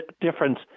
difference